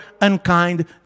unkind